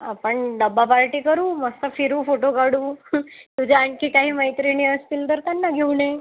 आपण डबा पार्टी करू मस्त फिरू फोटो काढू तुझ्या आणखी काही मैत्रिणी असतील तर त्यांना घेऊन ये